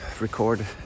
record